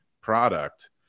product